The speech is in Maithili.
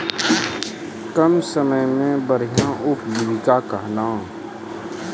कम समय मे बढ़िया उपजीविका कहना?